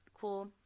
Cool